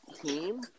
team